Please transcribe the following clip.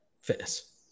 Fitness